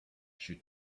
should